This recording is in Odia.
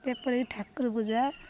ଯେପରିକି ଠାକୁର ପୂଜା